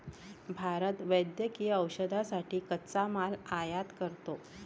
भारत वैद्यकीय औषधांसाठी कच्चा माल आयात करतो